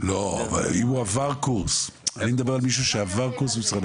על מישהו שעבר קורס.